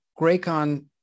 Graycon